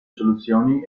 soluzioni